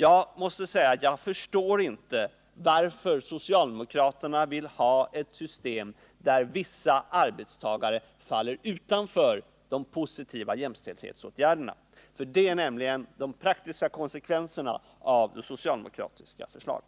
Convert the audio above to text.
Jag måste säga att jag inte förstår varför socialdemokraterna vill ha ett system där vissa arbetstagare faller utanför de positiva jämställdhetsåtgärderna — för det är nämligen den praktiska konsekvensen av det socialdemokratiska förslaget.